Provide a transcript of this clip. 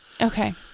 Okay